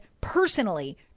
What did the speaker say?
personally